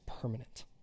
permanent